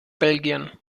belgien